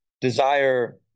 desire